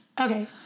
Okay